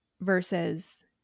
versus